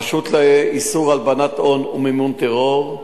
הרשות לאיסור הלבנת הון ומימון טרור,